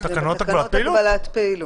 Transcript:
תקנות הגבלת פעילות.